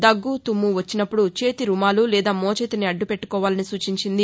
దగ్గ తుమ్ము వచ్చినపుడు చేతి రుమాలు లేదా మోచేతిని అడ్డు పెట్టుకోవాలని సూచించింది